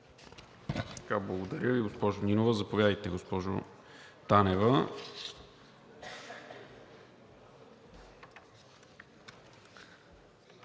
Благодаря Ви, госпожо Нинова. Заповядайте, госпожо Танева.